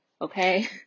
Okay